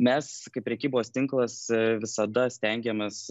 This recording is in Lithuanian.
mes kaip prekybos tinklas visada stengiamės